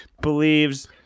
believes